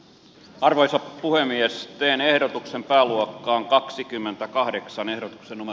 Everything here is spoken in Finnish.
arvoisa puhemies steen ehdotuksen pääluokkaan kaksikymmentäkahdeksan ehdotuksen oma